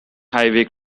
highway